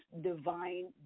divine